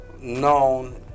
known